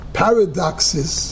paradoxes